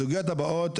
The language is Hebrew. הסוגיות הבאות,